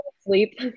sleep